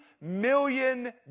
million